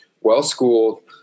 well-schooled